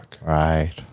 Right